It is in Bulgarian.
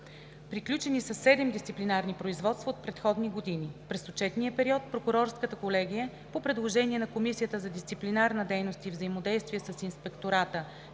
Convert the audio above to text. Приключени са 7 дисциплинарни производства от предходни години. През отчетния период Прокурорската колегия, по предложение на Комисията за дисциплинарна дейност и взаимодействие с Инспектората